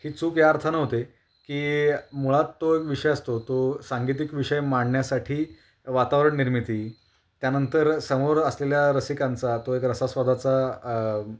ही चूक या अर्थानं होते की मुळात तो एक विषय असतो तो सांगीतिक विषय मांडण्यासाठी वातावरणनिर्मिती त्यानंतर समोर असलेल्या रसिकांचा तो एक रसास्वादाचा